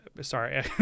sorry